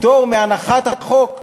פטור מהנחת החוק,